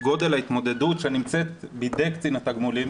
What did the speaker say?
גודל ההתמודדות שנמצאת בידי קצין התגמולים